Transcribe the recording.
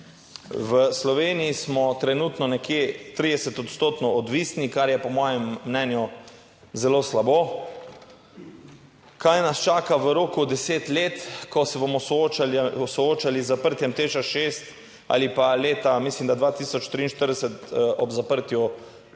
V Sloveniji smo trenutno nekje 30 odstotno odvisni, kar je po mojem mnenju zelo slabo. Kaj nas čaka v roku deset let, ko se bomo soočali z zaprtjem Teš 6 ali pa leta, mislim, da 2043, ob zaprtju